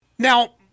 Now